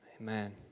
Amen